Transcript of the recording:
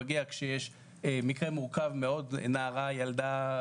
מגיע כשיש מקרה מורכב מאוד של נערה או ילדה,